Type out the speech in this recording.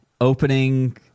opening